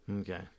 Okay